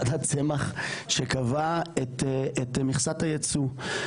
ועדת צמח שקבעה את מכסת הייצוא.